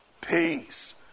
peace